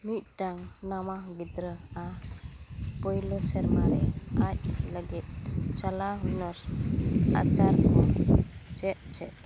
ᱢᱤᱫᱴᱟᱝ ᱱᱟᱣᱟ ᱜᱤᱫᱽᱨᱟᱹᱣᱟᱜ ᱯᱳᱭᱞᱳ ᱥᱮᱨᱢᱟᱨᱮ ᱟᱡ ᱞᱟᱹᱜᱤᱫ ᱪᱟᱞᱟ ᱦᱩᱱᱟᱹᱨ ᱟᱪᱟᱨ ᱪᱮᱫ ᱪᱮᱫ